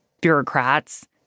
bureaucrats